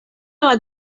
bat